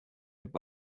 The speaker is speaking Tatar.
дип